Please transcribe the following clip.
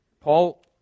Paul